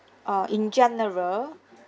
uh in general